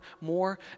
more